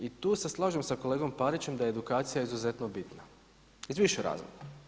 I tu se slažem sa kolegom Parićem da je edukacija izuzetno bitna iz više razloga.